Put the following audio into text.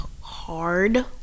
hard